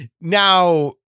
Now